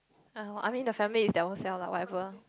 ah I mean the family is their ownself lah whatever